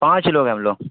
پانچ لوگ ہیں ہم لوگ